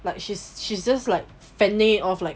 like she's she's just like fending it off like